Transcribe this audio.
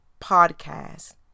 podcast